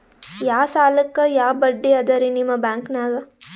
ಯಾ ಸಾಲಕ್ಕ ಯಾ ಬಡ್ಡಿ ಅದರಿ ನಿಮ್ಮ ಬ್ಯಾಂಕನಾಗ?